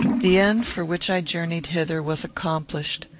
the end for which i journeyed hither was accomplished.